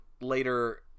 later